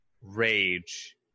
rage